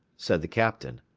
said the captain,